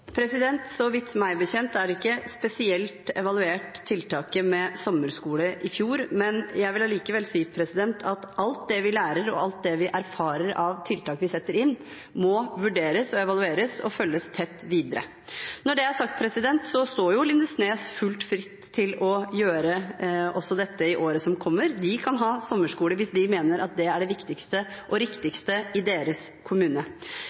evaluert spesielt. Jeg vil allikevel si at alt det vi lærer og erfarer fra tiltak vi setter inn, må vurderes og evalueres og følges tett videre. Når det er sagt, står jo Lindesnes fullt ut fritt til å gjøre også dette i året som kommer. De kan ha sommerskole hvis de mener at det er det viktigste og riktigste i deres kommune.